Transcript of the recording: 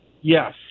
Yes